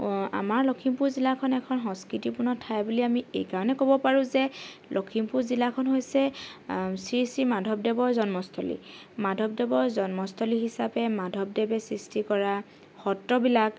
আমাৰ লখিমপুৰ জিলাখন এখন সংস্কৃতিপূৰ্ণ ঠাই বুলি আমি এই কাৰণেই ক'ব পাৰোঁ যে লখিমপুৰ জিলাখন হৈছে শ্ৰী শ্ৰী মাধৱদেৱৰ জন্মস্থলী মাধৱদেৱৰ জন্মস্থলী হিচাপে মাধৱদেৱে সৃষ্টি কৰা সত্ৰবিলাক